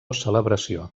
celebració